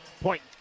point